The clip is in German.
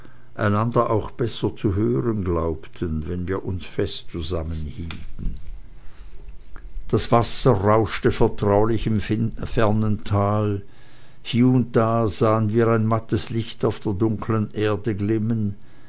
einander auch besser zu hören glaubten wenn wir uns fest zusammenhielten das wasser rauschte vertraulich im fernen tale hier und da sahen wir ein mattes licht auf der dunklen erde glimmen